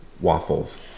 waffles